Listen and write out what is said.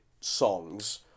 songs